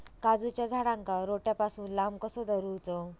काजूच्या झाडांका रोट्या पासून लांब कसो दवरूचो?